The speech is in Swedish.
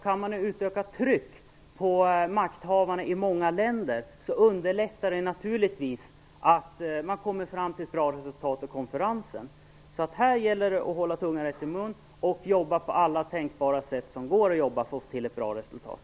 Kan man utöva tryck på makthavarna i många länder underlättar det naturligtvis för att komma fram till ett bra resultat på konferensen. Här gäller det att hålla tungan rätt i mun och jobba på alla tänkbara sätt för att få ett bra resultat.